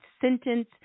sentence